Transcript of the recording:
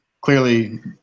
clearly